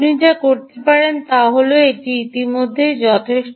আপনি যা করতে পারেন তা হল এটি ইতিমধ্যে যথেষ্ট